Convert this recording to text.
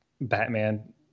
Batman